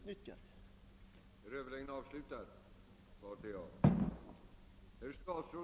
Jag beklagar att statsrådet inte tar hänsyn till dessa förhållanden.